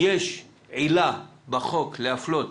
האם יש עילה בחוק להפלות